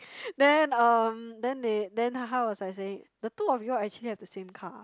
then um then they then how was like saying the two of you are actually have the same car